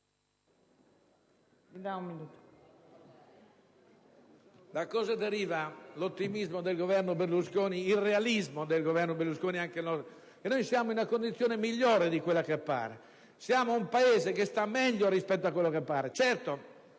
che cosa deriva l'ottimismo, o meglio il realismo del Governo Berlusconi. Noi siamo in una condizione migliore di quella che appare. Siamo un Paese che sta meglio rispetto a quello che appare. Certo,